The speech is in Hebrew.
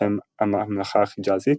בשם הממלכה החיג'אזית,